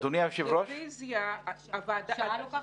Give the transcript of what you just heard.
רביזיה --- שעה לוקחת?